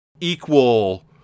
equal